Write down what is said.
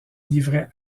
livret